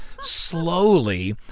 slowly